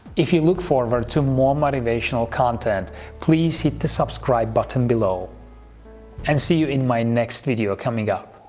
if you look forward to more motivational content please hit the subscribe button below and see you in my next video coming up